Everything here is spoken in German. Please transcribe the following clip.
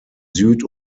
süd